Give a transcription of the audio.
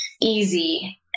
easy